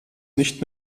nicht